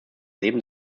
leben